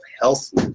healthy